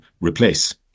replace